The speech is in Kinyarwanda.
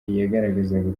yagaragazaga